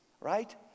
right